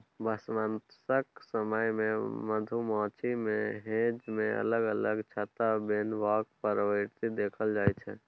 बसंमतसक समय मे मधुमाछी मे हेंज मे अलग अलग छत्ता बनेबाक प्रवृति देखल जाइ छै